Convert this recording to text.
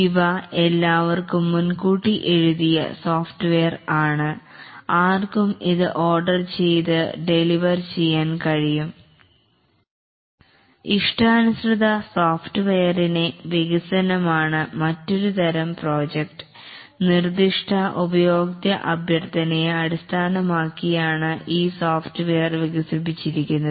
ഇവ എല്ലാവർക്കും മുൻകൂട്ടി എഴുതിയ സോഫ്റ്റ്വെയർ ആണ് ആർക്കും ഇത് ഓർഡർ ചെയ്ത ഡെലിവർ ചെയ്യാൻ കഴിയും ഇഷ്ടാനുസൃത സോഫ്റ്റ്വെയറിനെ വികസനമാണ് മറ്റൊരു തരം പ്രോജക്റ്റ് നിർദ്ദിഷ്ട ഉപയോക്ത്യാ അഭ്യർത്ഥനയെ അടിസ്ഥാനമാക്കിയാണ് ഈ സോഫ്റ്റ്വെയർ വികസിപ്പിച്ചിരിക്കുന്നത്